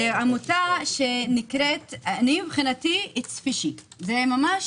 מבחינתי זה משהו